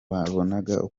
babonaga